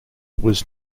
was